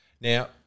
Now